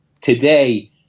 today